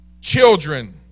children